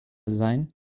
sein